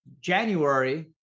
January